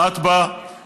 בעט בה בבטנה.